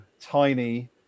tiny